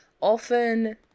often